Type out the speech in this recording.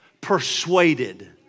persuaded